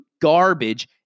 garbage